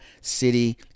City